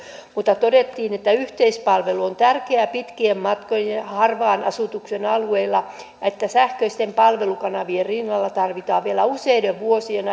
mutta todettiin että yhteispalvelu on tärkeä pitkien matkojen harvan asutuksen alueilla ja että sähköisten palvelukanavien rinnalla tarvitaan vielä useiden vuosien